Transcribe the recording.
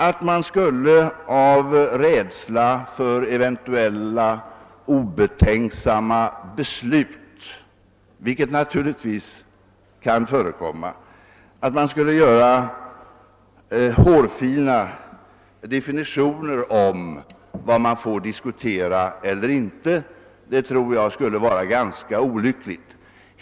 Att av rädsla för eventuella obetänksamma beslut — sådana kan naturligtvis fattas — göra hårfina definitioner om vad man får eller inte får diskutera tror jag skulle vara ganska olyckligt.